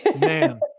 Man